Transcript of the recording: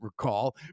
recall